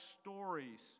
stories